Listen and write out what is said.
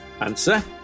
Answer